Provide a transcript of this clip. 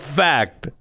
fact